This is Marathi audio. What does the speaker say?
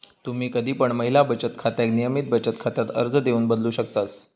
तुम्ही कधी पण महिला बचत खात्याक नियमित बचत खात्यात अर्ज देऊन बदलू शकतास